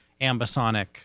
ambisonic